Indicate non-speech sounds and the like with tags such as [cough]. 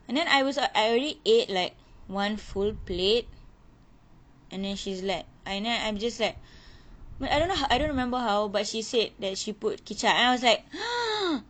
and then I was a~ I already ate like one full plate and then she's like aina I'm just like but I don't know how I don't remember how but she said that she put kicap and I was like [noise]